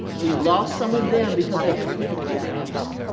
we've lost some of them because they actually have jobs.